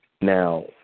Now